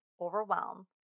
overwhelm